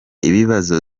ibibazo